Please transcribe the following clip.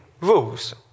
rules